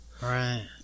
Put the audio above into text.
Right